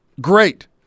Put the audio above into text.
great